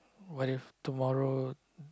what if tomorrow